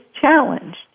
challenged